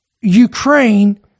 Ukraine